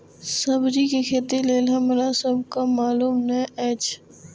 सब्जी के खेती लेल हमरा सब के मालुम न एछ?